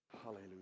Hallelujah